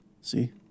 See